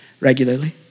regularly